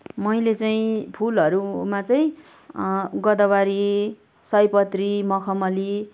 मैले चाहिँ फुलहरूमा चाहिँ गोदावरी सयपत्री मखमली